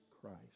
christ